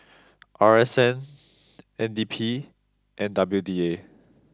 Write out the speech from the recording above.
R S N N D P and W D A